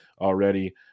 already